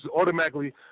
automatically